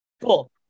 cool